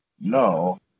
No